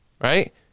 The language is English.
Right